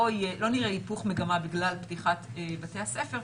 נראה היפוך מגמה בגלל פתיחת בתי הספר,